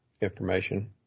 information